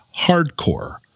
hardcore